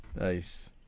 Nice